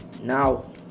Now